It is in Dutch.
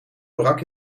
brak